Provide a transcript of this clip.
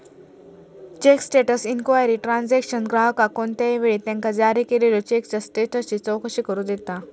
check status inquiry transaction ग्राहकाक कोणत्याही वेळी त्यांका जारी केलेल्यो चेकचा स्टेटसची चौकशी करू देता